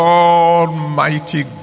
almighty